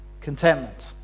contentment